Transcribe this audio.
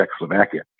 Czechoslovakia